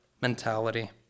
mentality